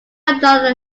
another